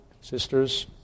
sisters